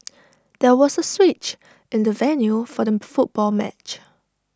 there was A switch in the venue for the football match